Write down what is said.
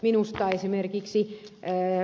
minusta esimerkiksi ed